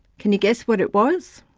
can you guess what it was?